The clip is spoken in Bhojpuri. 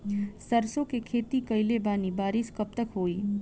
सरसों के खेती कईले बानी बारिश कब तक होई?